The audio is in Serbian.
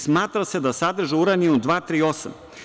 Smatra se da sadrži uranijum 238.